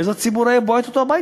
כי אז הציבור היה בועט אותו הביתה.